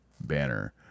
banner